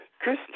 Chris